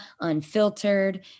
unfiltered